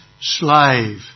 slave